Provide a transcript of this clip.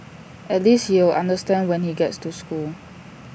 at least he'll understand when he gets to school